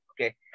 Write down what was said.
okay